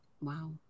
Wow